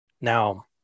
now